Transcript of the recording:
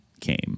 came